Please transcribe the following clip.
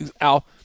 Al –